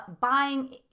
buying